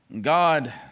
God